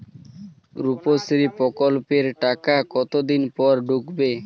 রুপশ্রী প্রকল্পের টাকা কতদিন পর ঢুকবে?